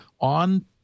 on